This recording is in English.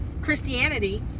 Christianity